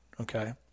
Okay